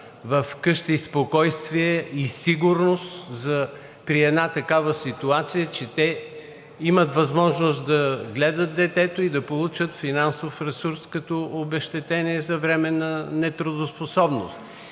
вкъщи спокойствие и сигурност при една такава ситуация, че те имат възможност да гледат детето и да получат финансов ресурс като обезщетение за временна нетрудоспособност.